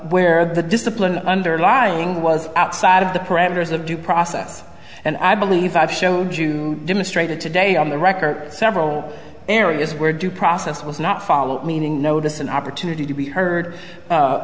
where the discipline underlying was out side of the parameters of due process and i believe i've showed you demonstrated today on the record several areas where due process was not followed meaning notice an opportunity to be heard